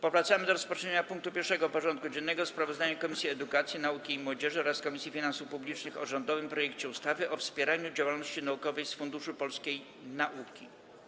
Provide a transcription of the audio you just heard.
Powracamy do rozpatrzenia punktu 1. porządku dziennego: Sprawozdanie Komisji Edukacji, Nauki i Młodzieży oraz Komisji Finansów Publicznych o rządowym projekcie ustawy o wspieraniu działalności naukowej z Funduszu Polskiej Nauki.